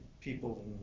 people